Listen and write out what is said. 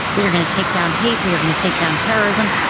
we are gonna take down hate. we are gonna take down terrorism.